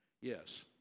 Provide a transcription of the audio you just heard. yes